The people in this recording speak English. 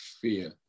fear